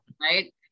Right